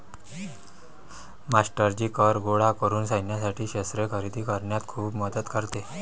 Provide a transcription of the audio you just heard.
मास्टरजी कर गोळा करून सैन्यासाठी शस्त्रे खरेदी करण्यात खूप मदत होते